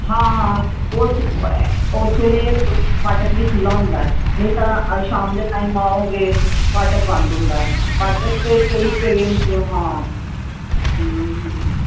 ਹਾਂ ਉਸ ਉਸ ਵੇਲੇ ਫਾਟਕ ਵੀ ਖੁੱਲ੍ਹਾ ਹੁੰਦਾ ਨਹੀਂ ਤਾਂ ਅੱਜ ਸ਼ਾਮ ਦੇ ਟਾਈਮ ਆਓਗੇ ਫਾਟਕ ਬੰਦ ਹੁੰਦਾ ਫਾਟਕ 'ਤੇ ਕਈ ਟਰੇਨਸ ਹਾਂ ਹਾਂ ਹਾਂ